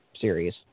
series